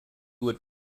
would